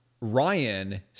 Ryan